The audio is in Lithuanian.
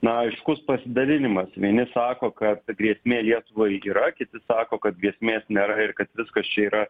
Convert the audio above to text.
na aiškus pasidalinimas vieni sako kad grėsmė lietuvai yra kiti sako kad gresmės nėra ir kad viskas čia yra